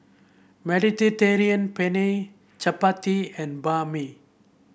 Mediterranean Penne Chapati and Banh Mi